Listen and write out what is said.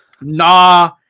Nah